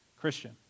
Christian